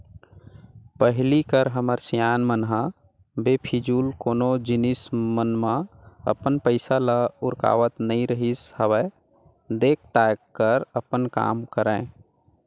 पहिली कर हमर सियान मन ह बेफिजूल कोनो जिनिस मन म अपन पइसा ल उरकावत नइ रिहिस हवय देख ताएक कर अपन काम करय